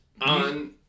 On